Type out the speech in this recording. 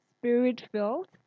spirit-filled